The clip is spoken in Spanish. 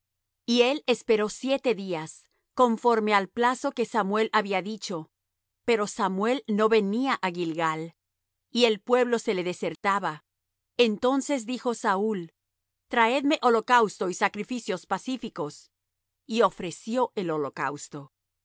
y él esperó siete días conforme al plazo que samuel había dicho pero samuel no venía á gilgal y el pueblo se le desertaba entonces dijo saúl traedme holocausto y sacrificios pacíficos y ofreció el holocausto y